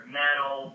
metal